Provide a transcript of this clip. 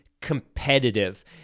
competitive